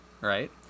right